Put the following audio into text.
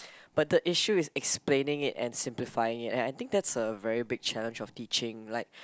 but the issue is explaining it and simplifying it and I think that's a very big challenge of teaching like